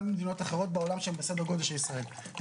ממדינות אחרות בעולם שהם בסדר גודל של ישראל.